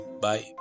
Bye